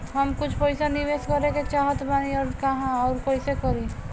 हम कुछ पइसा निवेश करे के चाहत बानी और कहाँअउर कइसे करी?